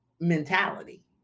mentality